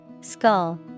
Skull